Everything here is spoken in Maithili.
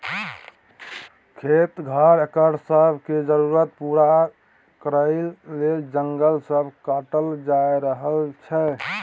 खेत, घर, एकर सब के जरूरत पूरा करइ लेल जंगल सब काटल जा रहल छै